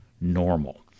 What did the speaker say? normal